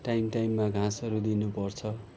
time टाइममा घाँसहरू दिनुपर्छ